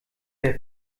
der